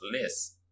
less